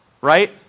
Right